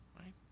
right